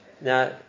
Now